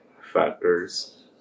factors